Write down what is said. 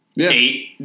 eight